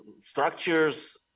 structures